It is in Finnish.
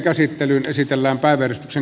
kyyhkyjäkin vielä löytyy